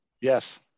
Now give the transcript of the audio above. Yes